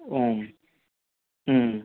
ம் ம்